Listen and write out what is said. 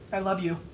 i love you.